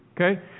okay